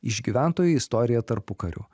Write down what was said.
išgyventoji istorija tarpukariu